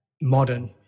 modern